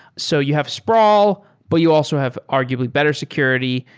so you have sprawl, but you also have arguably better security.